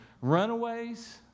Runaways